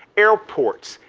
airports,